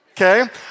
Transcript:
okay